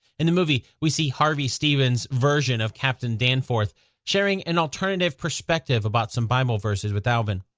in the movie, we see harvey stephens' version of captain danforth sharing an alternative perspective about some bible verses with alvin.